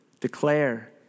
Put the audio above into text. declare